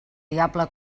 diable